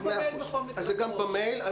גם במייל.